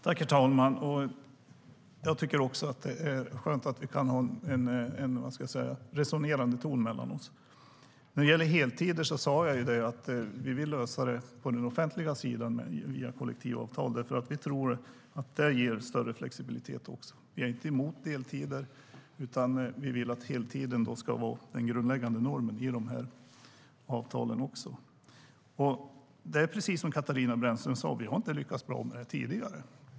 Herr talman! Jag tycker också att det är skönt att vi kan ha en resonerande ton mellan oss. Det är precis som Katarina Brännström sa: Vi har inte lyckats bra tidigare.